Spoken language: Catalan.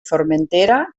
formentera